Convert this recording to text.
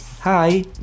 Hi